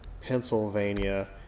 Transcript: Pennsylvania